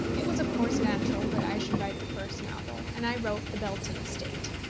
it was of course natural that i should write the first novel, and i wrote the belton estate.